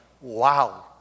Wow